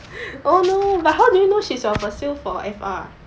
oh no but how did you know she's your facil for F_R